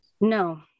no